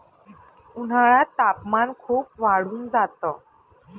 उन्हाळ्यात तापमान खूप वाढून जात